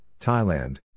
Thailand